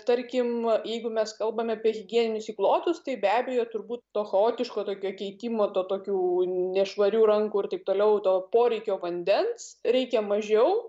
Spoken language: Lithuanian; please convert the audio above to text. tarkim jeigu mes kalbame apie higieninius įklotus tai be abejo turbūt to chaotiško tokio keitimo to tokių nešvarių rankų ir taip toliau to poreikio vandens reikia mažiau